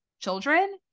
children